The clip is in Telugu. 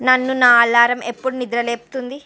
నన్ను నా అల్లారం ఎప్పుడు నిద్రలేపుతుంది